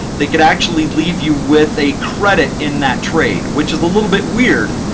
they could actually leave you with a credit in that trade, which is a little bit weird.